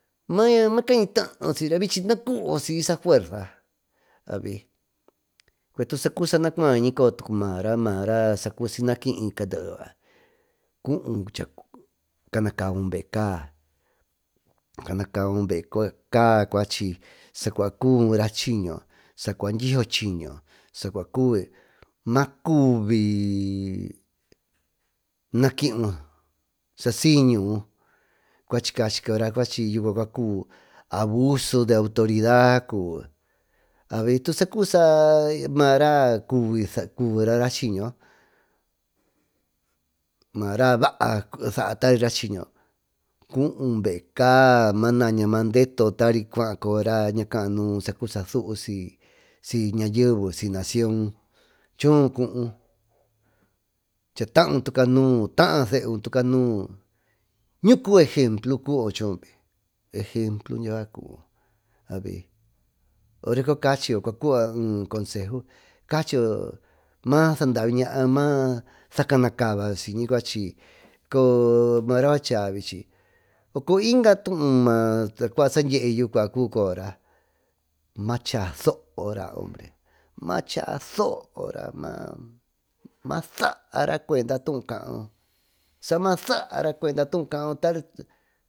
Makañitaau siyra bichi nacuvo siy saa fuerza abi cue tusa cubisa naa cuaiñira maarasiyna kiy cuú chaa canavu beeca cuachi saa cuaa cubura chiño sacua dyiso chiño maa cubi naa kiuu sasiy ñuú cuachi cachi coyora cua cuvi abuso de autoridaa cubi abi tusa cubi saa maara saa cubi raaschiño baa cuú beecaa manaña maadeto taricuaa coyora ñaa kaa ñuú sacubi saa suú siy ñayeve siy nación choo cuú chaa taaun tu canuu taa seu tucanuú ñuco ejemplo cubo choo diyacua cubu ora cuaa caachiyo cua cubayo ee consejo ma saandaviñaayo maa saa canacabayo siyñi cuachy coyo maara cuaa chaa bichi soco inga too tacua saan dyeyuu cuaa cubira maa chaa soora maa saara cuendo tou kaún sama saara cuenda tuu kaun tari.